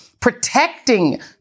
protecting